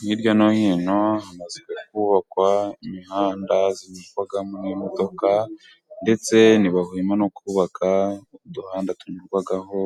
Hirya no hino hamaze kubakwa imihanda inyurwamo n'imodoka, ndetse ntibahwema no kubaka uduhanda tunyurwaho